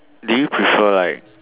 do you prefer like